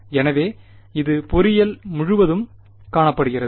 எனவே இது பொறியியல் முழுவதும் காணப்படுகிறது